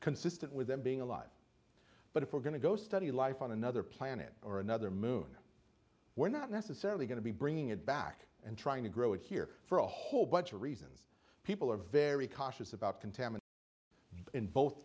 consistent with them being alive but if we're going to go study life on another planet or another moon we're not necessarily going to be bringing it back and trying to grow it here for a whole bunch of reasons people are very cautious about contamination in both